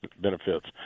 benefits